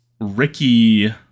Ricky